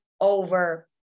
over